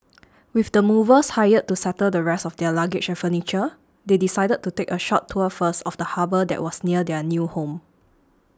with the movers hired to settle the rest of their luggage and furniture they decided to take a short tour first of the harbour that was near their new home